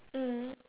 mm